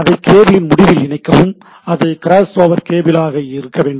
அதை கேபிளின் முடிவில் இணைக்கவும் அது கிராஸ்ஓவர் கேபிளாக இருக்க வேண்டும்